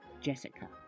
Jessica